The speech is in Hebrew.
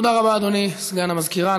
תודה רבה, אדוני סגן המזכירה.